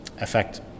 effect